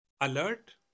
alert